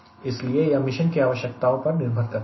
इसलिए यह मिशन की आवश्यकताओं पर निर्भर करता है